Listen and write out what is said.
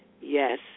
Yes